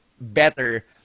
better